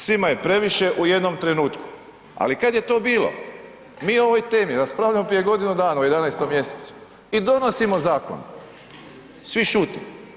Svima je previše u jednom trenutku ali kad je to bilo, mi o ovoj temi raspravljamo prije godinu dana, u 11. mj. i donosimo zakon svi šute.